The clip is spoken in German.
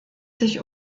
sich